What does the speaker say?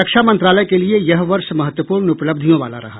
रक्षा मंत्रालय के लिए यह वर्ष महत्वपूर्ण उपलब्धियों वाला रहा